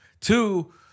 Two